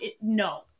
no